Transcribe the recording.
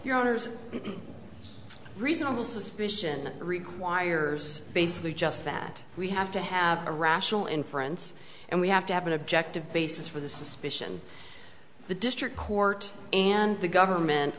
your honour's reasonable suspicion requires basically just that we have to have a rational inference and we have to have an objective basis for the suspicion the district court and the government